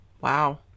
Wow